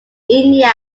india